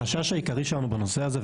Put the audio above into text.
החשש העיקרי שלנו בנושא הזה,